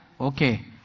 okay